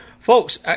folks